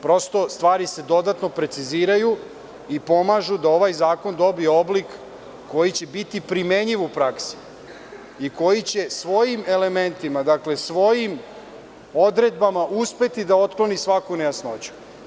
Prosto, stvari se dodatno preciziraju i pomažu da ovaj zakon dobije oblik koji će biti primenjiv u praksi i koji će svojim elementima, svojim odredbama uspeti da otkloni svaku nejasnoću.